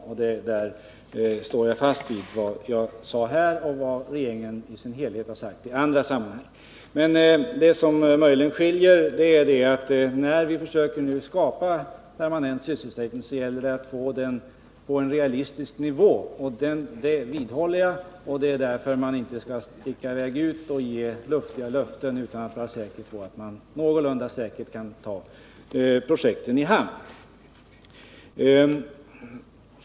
I det avseendet står jag fast vid vad jag sagt här och vad regeringen i sin helhet har uttalat i andra sammanhang. Men en punkt där våra uppfattningar möjligen skiljer sig när vi nu försöker skapa permanent sysselsättning är att jag menar att det skall ske på en realistisk nivå. Det vidhåller jag, och jag menar att man inte skall gå ut med luftiga löften utan vara någorlunda säker på att kunna föra utlovade projekt i hamn.